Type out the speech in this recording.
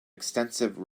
extensive